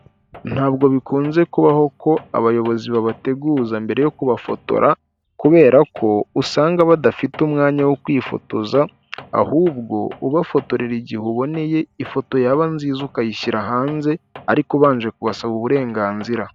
Ntabwo bikunze kubaho ko abayobozi babateguza mbere yo kubafotora kubera ko usanga badafite umwanya wo kwifotoza, ahubwo ubafotorera igihe uboneye, ifoto yaba nziza ukayishyira hanze ariko ubanje kubasaba uburenganzira.